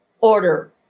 order